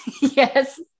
Yes